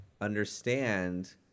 understand